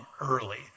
early